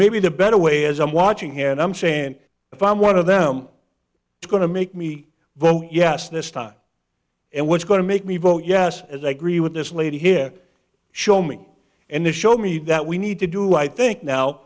maybe the better way as i'm watching here and i'm saying if i'm one of them it's going to make me vote yes this time and what's going to make me vote yes as i agree with this lady here show me and then show me that we need to do i think now